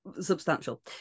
substantial